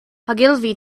ogilvy